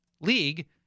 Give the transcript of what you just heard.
league